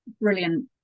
brilliant